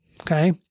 okay